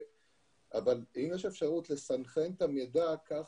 אבל אם יש אפשרות לסנכרן את המידע כך